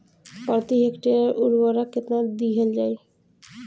प्रति हेक्टेयर उर्वरक केतना दिहल जाई?